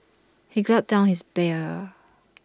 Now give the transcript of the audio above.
he gulped down his beer